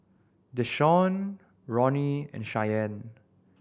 Deshawn Ronny and Cheyenne